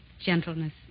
gentleness